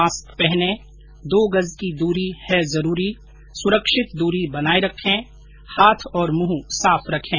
mask पहनें दो गज की दूरी है जरूरी सुरक्षित दूरी बनाए रखें हाथ और मुंह साफ रखें